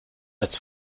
als